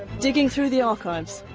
digging through the archives,